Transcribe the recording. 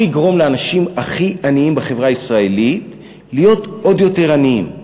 הוא יגרום לאנשים הכי עניים בחברה הישראלית להיות עוד יותר עניים.